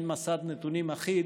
אין מסד נתונים אחיד,